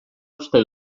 uste